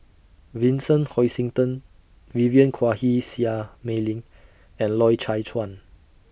Vincent Hoisington Vivien Quahe Seah Mei Lin and Loy Chye Chuan